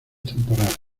temporal